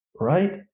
right